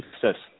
success